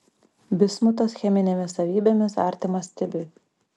bismutas cheminėmis savybėmis artimas stibiui